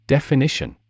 Definition